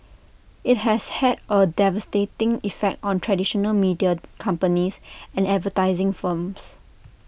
IT has had A devastating effect on traditional media companies and advertising firms